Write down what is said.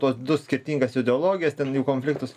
tuos du skirtingas ideologijas ten jų konfliktus